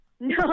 no